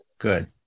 good